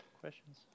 Questions